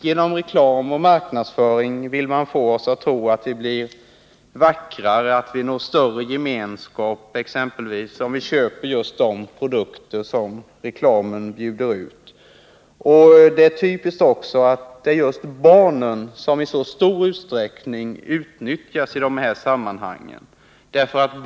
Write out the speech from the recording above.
Genom reklam och marknadsföring vill man få oss att tro att vi blir vackrare eller att vi når större gemenskap, om vi köper de produkter som reklamen bjuder ut. Typiskt är att just barnen i så stor utsträckning utnyttjas i dessa sammanhang.